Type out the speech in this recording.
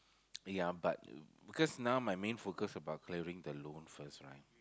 ya but because now my mine focus about clearing the loan first right